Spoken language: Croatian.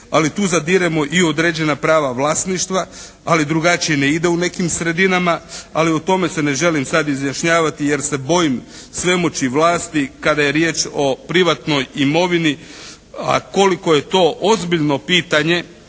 Ali tu zadiremo i u određena prava vlasništva, ali drugačije ne ide u nekim sredinama, ali o tome se ne želim sad izjašnjavati jer se bojim svemoći vlasti kada je riječ o privatnoj imovini. A koliko je to ozbiljno pitanje,